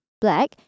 black